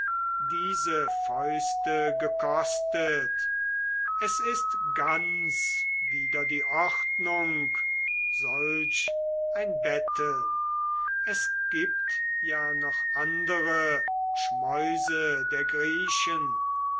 diese fäuste gekostet es ist ganz wider die ordnung solch ein betteln es gibt ja noch andere schmäuse der griechen